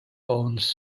owns